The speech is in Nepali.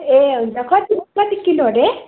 ए हुन्छ कति कति किलो हरे